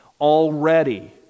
Already